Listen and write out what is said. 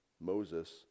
Moses